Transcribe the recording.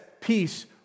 peace